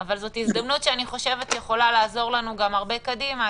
אבל זאת הזדמנות שיכולה לעזור לנו גם הרבה קדימה.